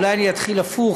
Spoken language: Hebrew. אולי אני אתחיל הפוך,